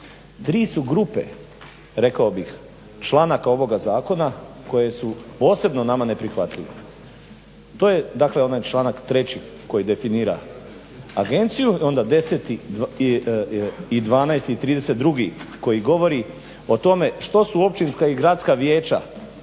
Tri su grupe, rekao bih članaka ovoga zakona koje su posebno nama neprihvatljivi. To je dakle, onaj članak 3. koji definira agenciju, onda 10., i 12., i 32. koji govori o tome što su općinska i gradska vijeća